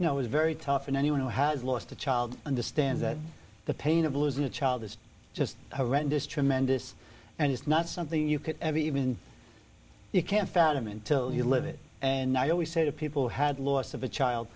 is very tough and anyone who has lost a child understands that the pain of losing a child is just horrendous tremendous and it's not something you could ever even you can't fathom until you live it and i always say to people had loss of a child